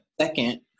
Second